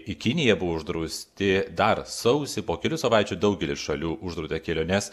į kiniją buvo uždrausti dar sausį po kelių savaičių daugelis šalių uždraudė keliones